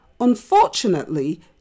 Unfortunately